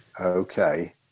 Okay